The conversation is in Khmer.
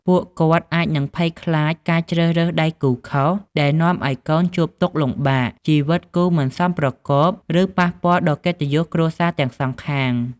ពួកគាត់អាចនឹងភ័យខ្លាចការជ្រើសរើសដៃគូខុស ដែលនាំឱ្យកូនជួបទុក្ខលំបាក ជីវិតគូមិនសមប្រកប ឬប៉ះពាល់ដល់កិត្តិយសគ្រួសារទាំងសងខាង។